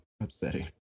upsetting